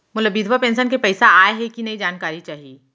मोला विधवा पेंशन के पइसा आय हे कि नई जानकारी चाही?